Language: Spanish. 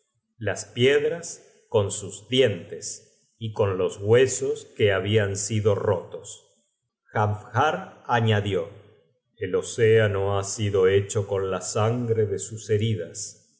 las piedras con sus dientes y con los huesos que habian sido rotos jafnhar añadió el océano ha sido hecho con la sangre de sus heridas